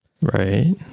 Right